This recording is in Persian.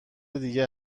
دیگه